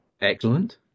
Excellent